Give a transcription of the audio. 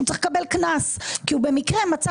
הוא צריך לקבל קנס כי הוא במקרה מצא